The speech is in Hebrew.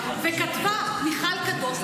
וכתבה מיכל קדוש,